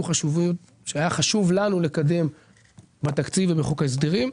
חשוב לנו לקדם בתקציב ובחוק ההסדרים.